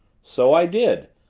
so i did.